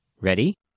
Ready